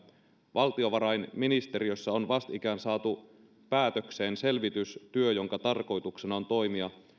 valtiovarainministeriössä on vastikään saatu päätökseen selvitystyö jonka tarkoituksena on toimia